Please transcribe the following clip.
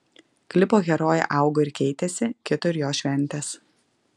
klipo herojė augo ir keitėsi kito ir jos šventės